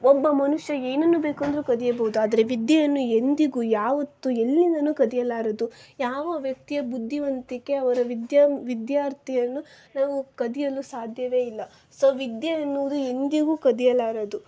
ಒಬ್ಬ ಮನುಷ್ಯ ಏನನ್ನು ಬೇಕೆಂದರೂ ಕದಿಯಬಹುದು ಆದರೆ ವಿದ್ಯೆಯನ್ನು ಎಂದಿಗೂ ಯಾವತ್ತೂ ಎಲ್ಲಿಂದಲೂ ಕದಿಯಲಾಗದು ಯಾವ ವ್ಯಕ್ತಿಯ ಬುದ್ದಿವಂತಿಕೆ ಅವರ ವಿದ್ಯಾಮ್ ವಿದ್ಯಾರ್ಥಿಯನ್ನು ನಾವು ಕದಿಯಲು ಸಾಧ್ಯವೇ ಇಲ್ಲ ಸೊ ವಿದ್ಯೆ ಅನ್ನುವುದು ಎಂದಿಗೂ ಕದಿಯಲಾಗದು